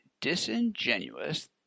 disingenuous